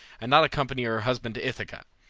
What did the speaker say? and not accompany her husband to ithaca.